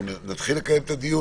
אנחנו נתחיל לקיים את הדיון,